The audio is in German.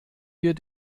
wir